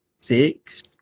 six